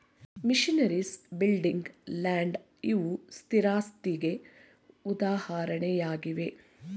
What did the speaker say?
missionaries, building, land ಇವು ಸ್ಥಿರಾಸ್ತಿಗೆ ಉದಾಹರಣೆಯಾಗಿವೆ